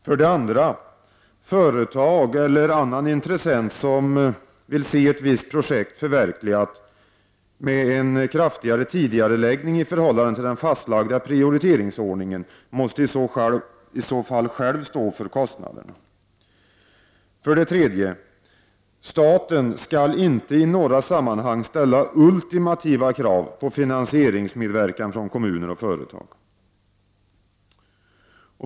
För det andra: Företag eller annan intressent som vill se ett visst projekt förverkligat med kraftig tidigareläggning i förhållande till den fastlagda prioriteringsordningen måste i så fall själv stå för kostnaderna. För det tredje: Staten skall inte i några sammanhang kunna ställa ultimativa krav på finansieringsmedverkan från kommuner och företag.